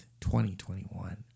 2021